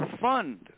fund